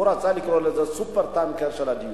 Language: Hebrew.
הוא רצה לקרוא לזה "סופר-טנקר" של הדיור,